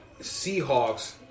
Seahawks